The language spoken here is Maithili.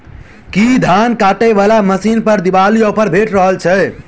की धान काटय वला मशीन पर दिवाली ऑफर भेटि रहल छै?